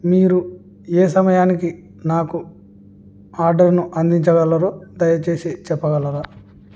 మీరు ఏ సమయానికి నాకు ఆర్డర్ను అందించగలరో దయచేసి చెప్పగలరా